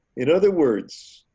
in other words,